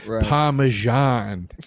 parmesan